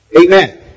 Amen